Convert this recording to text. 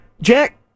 Jack